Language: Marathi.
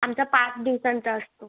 आमचा पाच दिवसांचा असतो